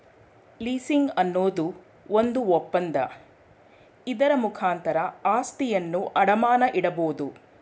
leasing ಅನ್ನೋದು ಒಂದು ಒಪ್ಪಂದ, ಇದರ ಮುಖಾಂತರ ಆಸ್ತಿಯನ್ನು ಅಡಮಾನ ಇಡಬೋದು